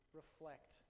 reflect